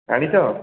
ଆଣିଛ